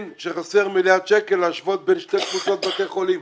שחסרים מיליארד שקלים כדי להשוות בין שתי קבוצות בתי החולים.